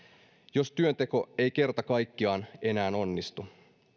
jos työnteko ei kerta kaikkiaan enää onnistu